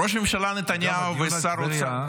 ראש הממשלה נתניהו ושר האוצר --- אני אבוא לבקר.